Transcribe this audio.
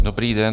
Dobrý den.